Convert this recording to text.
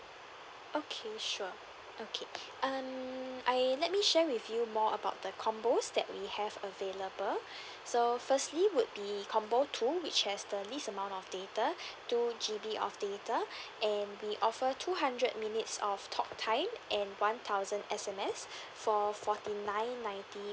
okay sure okay um I let me share with you more about the combos that we have available so firstly would be combo two which has the least amount of data two G_B of data and we offer two hundred minutes of talk time and one thousand S_M_S for forty nine ninety